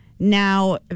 Now